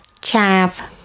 Chav